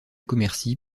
commercy